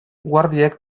guardiek